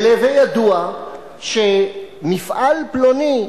ולהווי ידוע שמפעל פלוני,